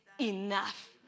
enough